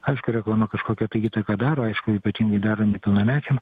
aišku reklama kažkokią tai įtaką daro aišku ypatingai daro nepilnamečiam